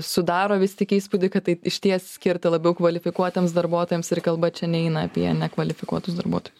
sudaro vis tik įspūdį kad taip išties skirta labiau kvalifikuotiems darbuotojams ir kalba čia neina apie nekvalifikuotus darbuotojus